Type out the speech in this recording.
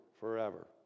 forever